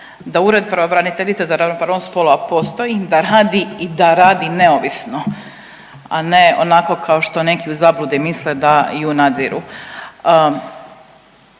da ured pravobraniteljice za ravnopravnost spolova postoji, da radi i da radi neovisno, a ne onako kao što neki u zabludi misle da ju nadziru.